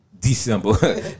December